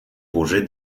burzy